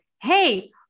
Hey